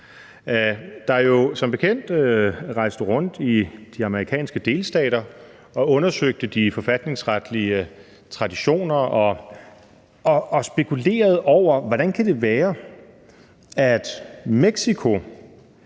der jo som bekendt rejste rundt i de amerikanske delstater og undersøgte de forfatningsretlige traditioner og spekulerede over, hvordan det kan være, at Mexico,